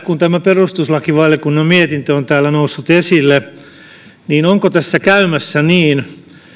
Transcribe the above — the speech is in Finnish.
kun tämä perustuslakivaliokunnan mietintö on täällä noussut esille onko tässä käymässä niin